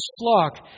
flock